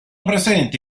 presenti